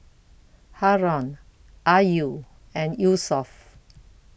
Haron Ayu and Yusuf